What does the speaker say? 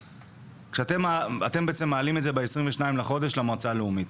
אתם מעלים את זה ב-22 לחודש למועצה הלאומית,